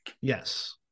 Yes